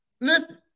Listen